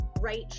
right